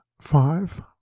Five